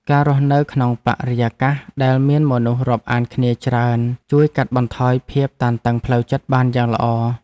ការរស់នៅក្នុងបរិយាកាសដែលមានមនុស្សរាប់អានគ្នាច្រើនជួយកាត់បន្ថយភាពតានតឹងផ្លូវចិត្តបានយ៉ាងល្អ។